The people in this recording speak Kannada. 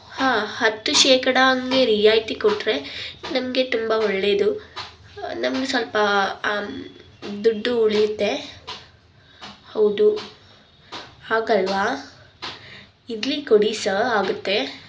ಹಾಂ ಹತ್ತು ಶೇಕಡಾ ಹಂಗೆ ರಿಯಾಯಿತಿ ಕೊಟ್ಟರೆ ನಮಗೆ ತುಂಬ ಒಳ್ಳೆಯದು ನಮ್ಗೆ ಸ್ವಲ್ಪ ದುಡ್ಡು ಉಳಿಯುತ್ತೆ ಹೌದು ಹಾಕಲ್ಲವಾ ಇರಲಿ ಕೊಡಿ ಸರ್ ಆಗುತ್ತೆ